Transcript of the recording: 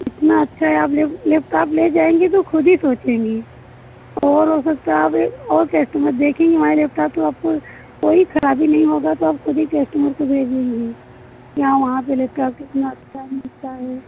इतना अच्छा है आप लेप्टोप ले जाएँगी तो खुद ही सोचेंगी और हो सकता है आप एक और केस्टमर देखेंगी हमारा लेप्टोप तो आपको कोई खराबी नहीं होगा तो आप खुद ही कस्टमर को भेजेंगी कि हाँ वहाँ पे लेप्टोप कितना अच्छा मिलता है